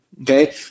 okay